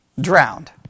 drowned